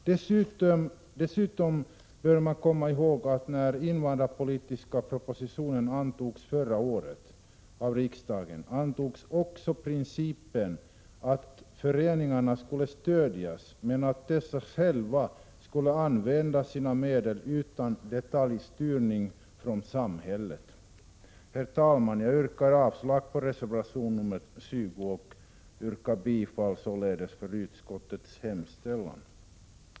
Dessutom bör man komma ihåg att när den invandrarpolitiska propositionen förra året antogs av riksdagen, antogs också principen att föreningarna skulle stödjas, men att dessa själva skulle använda sina medel utan detaljstyrning från samhället. Herr talman! Jag yrkar avslag på reservation 20 och bifall till utskottets hemställan.